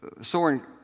Soren